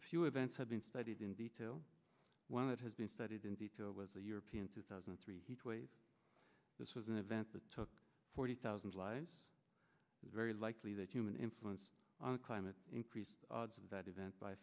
a few events have been studied in detail when it has been studied in detail was the european two thousand and three heatwave this was an event that took forty thousand lives and very likely that human influence on climate increases the odds of that event by